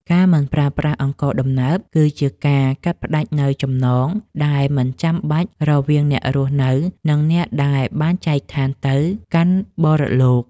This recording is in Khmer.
ការមិនប្រើប្រាស់អង្ករដំណើប គឺជាការកាត់ផ្តាច់នូវចំណងដែលមិនចាំបាច់រវាងអ្នករស់នៅ និងអ្នកដែលបានចែកឋានទៅកាន់បរលោក។